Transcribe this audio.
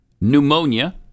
pneumonia